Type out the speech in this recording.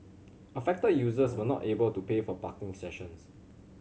affected users were not able to pay for parking sessions